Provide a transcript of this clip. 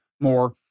more